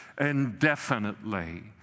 indefinitely